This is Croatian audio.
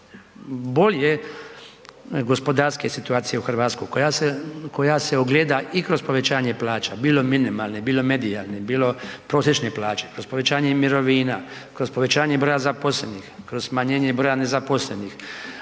bolje gospodarske situacije u Hrvatskoj, koja se ogleda i kroz povećanje plaća, bilo minimalne, bilo medijalne, bilo prosječne plaće, kroz povećanje i mirovina, kroz povećanje broja zaposlenih, kroz smanjenje broja nezaposlenih,